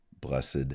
blessed